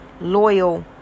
loyal